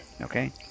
Okay